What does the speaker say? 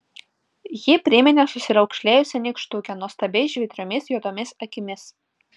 ji priminė susiraukšlėjusią nykštukę nuostabiai žvitriomis juodomis akimis